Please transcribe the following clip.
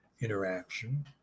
interaction